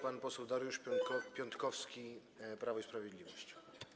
Pan poseł Dariusz Piontkowski, Prawo i Sprawiedliwość.